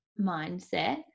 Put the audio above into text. mindset